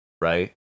right